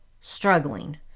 struggling